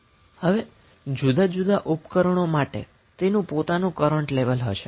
હવે જુદાં જુદાં ઉપકરણો માટે તેનું પોતાનું કરન્ટ લેવલ હશે